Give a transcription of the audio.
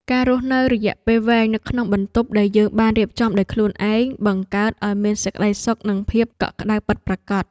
ការរស់នៅរយៈពេលវែងនៅក្នុងបន្ទប់ដែលយើងបានរៀបចំដោយខ្លួនឯងបង្កើតឱ្យមានសេចក្ដីសុខនិងភាពកក់ក្ដៅពិតប្រាកដ។